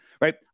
right